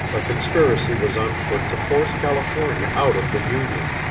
a conspiracy was on foot to force california out of the union,